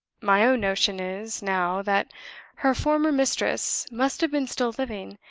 my own notion is, now, that her former mistress must have been still living,